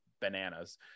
bananas